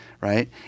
right